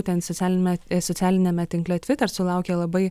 būtent socialiniame socialiniame tinkle tviter sulaukė labai